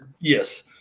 Yes